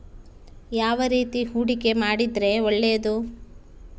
ಯಾವ ರೇತಿ ಹೂಡಿಕೆ ಮಾಡಿದ್ರೆ ಒಳ್ಳೆಯದು?